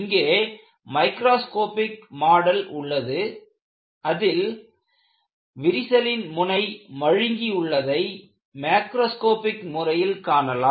இங்கே microscopic model உள்ளது அதில் விரிசலின் முனை மழுங்கியுள்ளதை மாக்ரோஸ்காபிக் முறையில் காணலாம்